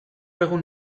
egun